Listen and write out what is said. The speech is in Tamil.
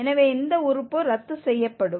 எனவே இந்த உறுப்பு ரத்து செய்யப்படும்